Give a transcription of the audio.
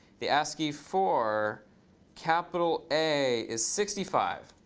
the ascii for capital a is sixty five.